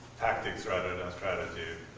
tactics rather than strategy.